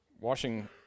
washing